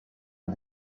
est